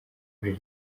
kuri